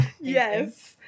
Yes